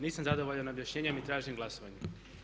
Nisam zadovoljan objašnjenjem i tražim glasovanje.